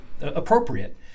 appropriate